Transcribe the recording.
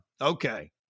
Okay